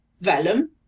vellum